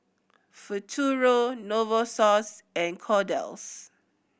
Futuro Novosource and Kordel's